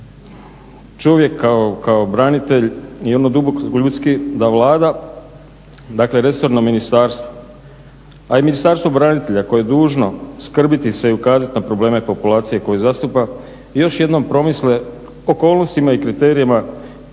čovjek, kao branitelj i onako duboko ljudski da Vlada dakle resorno ministarstvo a i Ministarstvo branitelja koje je dužno skrbiti se i ukazati na probleme populacije koje zastupa i još jednom promisle o okolnostima i kriterijima